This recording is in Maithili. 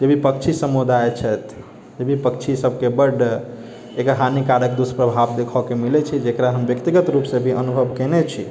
जे भी पक्षी समुदाय छथि पक्षी सभकेँ बड्ड एकर हानिकारक दुष्प्रभाव देखैके मिलैत छै जेकरा हम व्यक्तिगत रुपसँ भी अनुभव केने छी